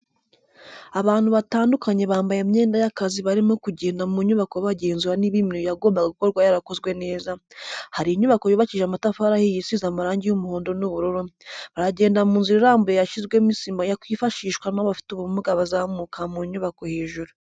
Abantu batandukanye bambaye imyenda y'akazi barimo kugenda mu nyubako bagenzura niba imirimo yagombaga gukorwa yarakozwe neza, hari inyubako yubakishije amatafari ahiye isize amarangi y'umuhondo n'ubururu, baragenda mu nzira irambuye yashyizwemo isima yakwifashishwa n'abafite ubumuga bazamuka mu nyubako hejuru.